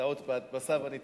טעות בהדפסה ואני תיקנתי.